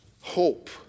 hope